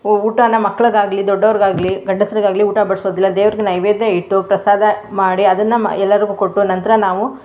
ಊಟನ ಮಕ್ಳಿಗಾಗಲೀ ದೊಡ್ಡವ್ರಿಗಾಗ್ಲೀ ಗಂಡಸರಿಗಾಗಲೀ ಊಟ ಬಡಿಸೋದಿಲ್ಲ ದೇವ್ರಿಗೆ ನೈವೇದ್ಯ ಇಟ್ಟು ಪ್ರಸಾದ ಮಾಡಿ ಅದನ್ನು ಎಲ್ಲರಿಗೂ ಕೊಟ್ಟು ನಂತರ ನಾವು